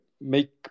make